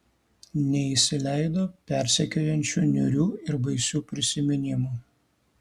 neįsileido persekiojančių niūrių ir baisių prisiminimų